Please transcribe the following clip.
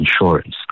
insurance